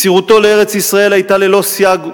מסירותו לארץ-ישראל היתה ללא סייג,